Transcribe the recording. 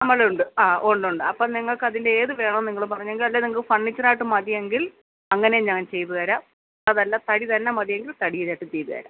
അലമാര ഉണ്ട് ആ ഉണ്ട് ഉണ്ട് അപ്പം നിങ്ങൾക്ക് അതിൻ്റെ ഏതു വേണമെന്ന് നിങ്ങൾ പറഞ്ഞെങ്കിലല്ലേ നിങ്ങൾക്ക് ഫർണിച്ചറായിട്ട് മതിയെങ്കിൽ ഞാൻ ചെയ്തു തരാം അതല്ല തടി തന്നെ മതിയെങ്കിൽ തടിയിലോട്ടു ചെയ്തു തരാം